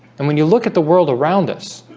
and when you look at the world around us